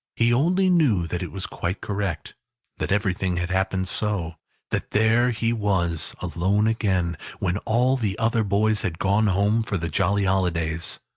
he only knew that it was quite correct that everything had happened so that there he was, alone again, when all the other boys had gone home for the jolly holidays.